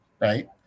Right